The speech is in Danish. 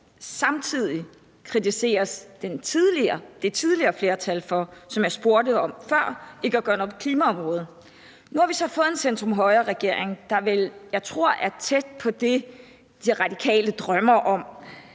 Samtidig kritiseres det tidligere flertal, som jeg også spurgte om før, for ikke at gøre nok på klimaområdet. Nu har vi så fået en centrum-højre-regering, som jeg vel tror er tæt på det, De Radikale drømmer om,